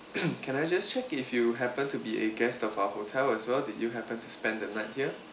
can I just check if you happened to be a guest of our hotel as well did you happen to spend the night here